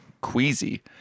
queasy